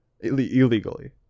illegally